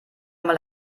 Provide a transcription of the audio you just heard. mal